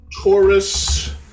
Taurus